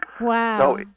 Wow